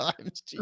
times